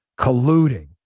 colluding